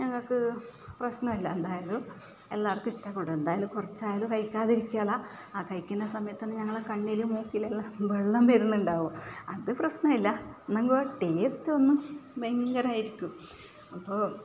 ഞങ്ങൾക്ക് പ്രശ്നമല്ല എന്തായാലും എല്ലാവർക്കും ഇഷ്ടപ്പെടും എന്തായാലും കഴിക്കാതെ ഇരിക്കില്ല ആ കഴിക്കുന്ന സമയത്ത് തന്നെ ഞങ്ങളുടെ കണ്ണില് മൂക്കില് വെള്ളം വരുന്നുണ്ടാകും അത് പ്രശ്നമില്ല എന്നെങ്കിൽ ടേസ്റ്റ് ഒന്ന് ഭയങ്കരമായിരിക്കും അപ്പോൾ